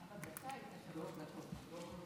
אדוני